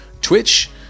Twitch